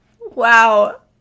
Wow